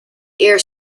air